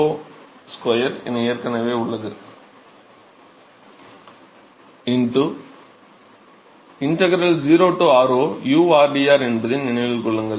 2 r0 2 integral 0 r0 u rdr என்பதை நினைவில் கொள்ளுங்கள்